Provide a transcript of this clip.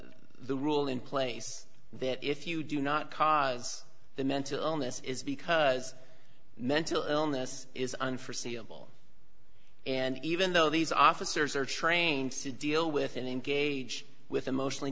the rule in place that if you do not cause the mental illness is because mental illness is on forseeable and even though these officers are trained to deal with and engage with emotionally